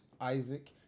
Isaac